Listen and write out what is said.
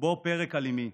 ובו פרק על אימי.